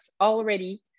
already